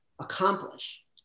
accomplish